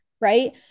right